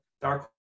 Dark